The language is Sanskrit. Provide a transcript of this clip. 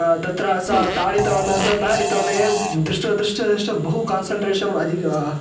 तत्र सा ताडितवान् सः ताडितवानेवं दृष्ट्वा दृष्ट्वा दृष्ट्वा बहु कान्सन्ट्रेशम् अधिकं